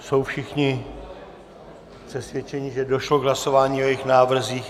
Jsou všichni přesvědčeni, že došlo k hlasování o jejich návrzích?